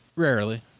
Rarely